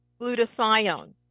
glutathione